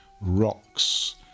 rocks